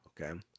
okay